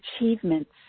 achievements